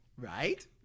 Right